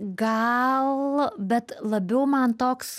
gal bet labiau man toks